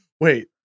Wait